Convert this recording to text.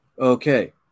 Okay